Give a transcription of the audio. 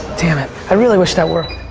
damn it. i really wish that worked.